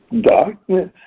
Darkness